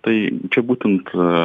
tai čia būtent